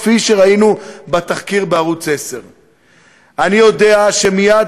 כפי שראינו בתחקיר בערוץ 10. אני יודע שמייד